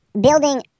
building